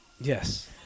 Yes